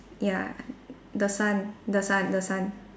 ya the sun the sun the sun